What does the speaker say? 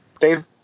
Dave